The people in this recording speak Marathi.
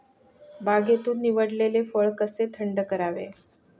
बागेतून निवडलेले फळ कसे थंड करावे?